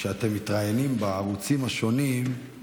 כשאתם מתראיינים בערוצים השונים,